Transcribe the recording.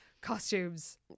costumes